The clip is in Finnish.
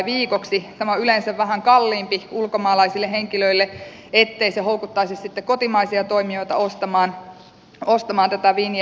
tämä on yleensä vähän kalliimpi ulkomaalaisille henkilöille ettei se houkuttaisi kotimaisia toimijoita ostamaan tätä vinjettiä